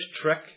trick